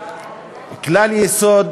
כלל יסוד,